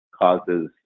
causes